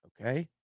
okay